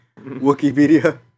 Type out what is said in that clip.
Wikipedia